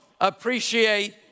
Appreciate